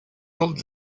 old